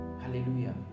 hallelujah